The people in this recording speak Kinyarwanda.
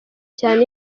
cyane